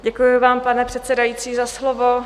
Děkuji vám, pane předsedající, za slovo.